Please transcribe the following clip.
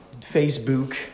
Facebook